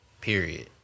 period